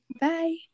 bye